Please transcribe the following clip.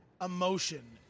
emotion